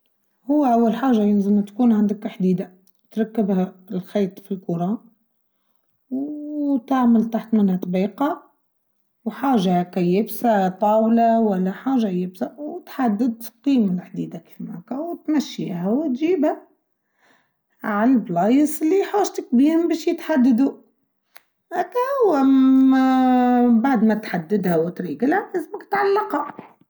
هو أول حاجة لازم تكون عندك حديدة تركبها الخيط في الكرة وتعمل تحت منها طبيقة وحاجة كي يبسا طاولة ولا حاجة يبسا وتحدد قيمة الحديدة كما هاكا وتمشيها وتجيبها على البلايسلي اللي حاشتك بين باش يتحددوا هاكاو بعد ما تحددها و تريقلها لازمك تعلقها.